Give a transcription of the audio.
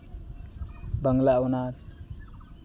Bangla honours